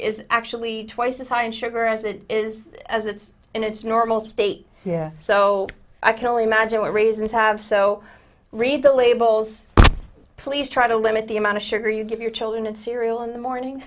is actually twice as high in sugar as it is as it's in its normal state yeah so i can only imagine what raisins have so read the labels please try to limit the amount of sugar you give your children and cereal in the morning